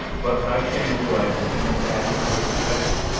but kai shang realized that he must act with circumspection,